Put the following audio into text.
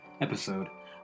episode